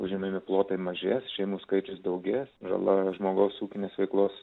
užimami plotai mažės šeimų skaičius daugės žala žmogaus ūkinės veiklos